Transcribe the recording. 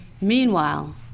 Meanwhile